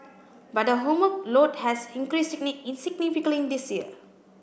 but her homework load has increased insignificantly this year